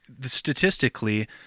statistically